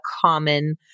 common